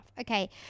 Okay